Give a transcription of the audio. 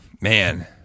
man